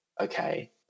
okay